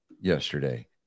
yesterday